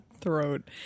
throat